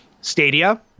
Stadia